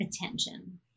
attention